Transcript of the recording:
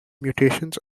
mutations